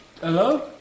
Hello